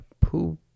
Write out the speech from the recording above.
poop